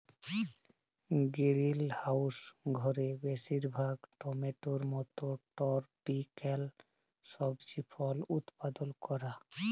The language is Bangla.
গিরিলহাউস ঘরে বেশিরভাগ টমেটোর মত টরপিক্যাল সবজি ফল উৎপাদল ক্যরা